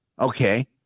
Okay